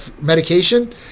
medication